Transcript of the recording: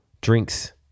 drinks